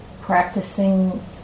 practicing